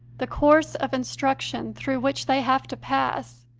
the course of instruction through which they have to pass,